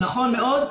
נכון מאוד.